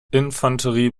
infanterie